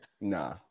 Nah